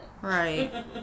Right